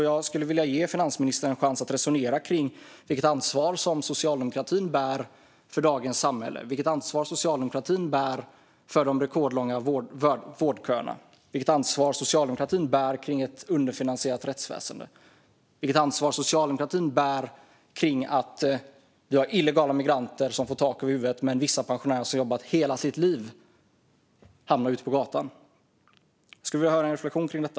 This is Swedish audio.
Jag skulle vilja ge finansministern en chans att resonera kring vilket ansvar som Socialdemokraterna bär för dagens samhälle, vilket ansvar Socialdemokraterna bär för de rekordlånga vårdköerna, vilket ansvar Socialdemokraterna bär för ett underfinansierat rättsväsen och vilket ansvar Socialdemokraterna bär för att vi har illegala immigranter som får tak över huvudet medan vissa pensionärer som jobbat hela sitt liv hamnar ute på gatan. Jag skulle vilja höra en reflektion kring detta.